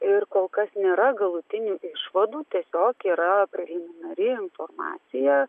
ir kol kas nėra galutinių išvadų tiesiog yra preliminari informacija